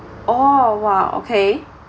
oh !wah! okay